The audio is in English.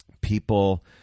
People